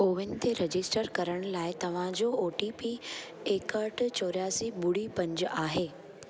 CoWIN ते register करण लाइ तव्हांजो ओ टी पी एकहठि चोरासी ॿुड़ी पंज आहे